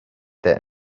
that